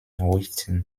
ruijten